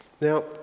Now